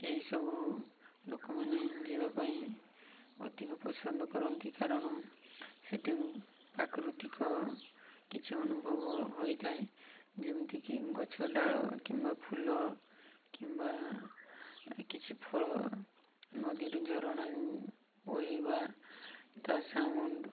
ଏଇସବୁ ଲୋକମାନେ ଯିବା ପାଇଁ ଅଧିକ ପସନ୍ଦ କରନ୍ତି କାରଣ ସେଠି ପ୍ରାକୃତିକ କିଛି ଅନୁଭବ ହୋଇଥାଏ ଯେମିତିକି ଗଛ ଡାଳ କିମ୍ବା ଫୁଲ କିମ୍ବା କିଛି ଫଳ ନଦୀରୁ ଝରଣା ବୋହିବା ତା' ସାଉଣ୍ଡ